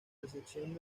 recepción